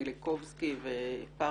מיליקובסקי ופרטרידג',